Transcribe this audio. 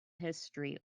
history